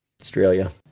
Australia